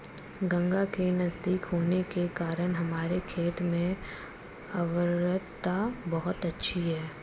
गंगा के नजदीक होने के कारण हमारे खेत में उर्वरता बहुत अच्छी है